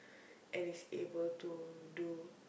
and is able to do